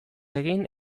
egin